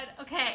okay